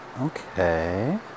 Okay